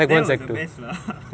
that [one] was the best lah